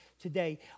today